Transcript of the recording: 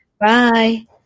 bye